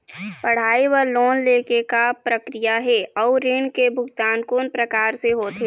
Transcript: पढ़ई बर लोन ले के का प्रक्रिया हे, अउ ऋण के भुगतान कोन प्रकार से होथे?